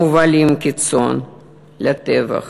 מובלים כצאן לטבח,